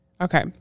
Okay